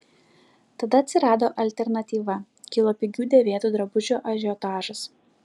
tada atsirado alternatyva kilo pigių dėvėtų drabužių ažiotažas